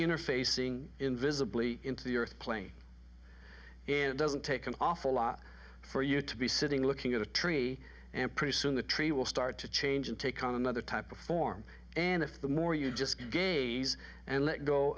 interfacing invisibly into the earth plane it doesn't take an awful lot for you to be sitting looking at a tree and pretty soon the tree will start to change and take on another type of form and if the more you just gaze and let go